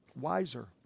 wiser